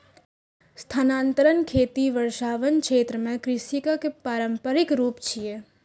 स्थानांतरण खेती वर्षावन क्षेत्र मे कृषिक पारंपरिक रूप छियै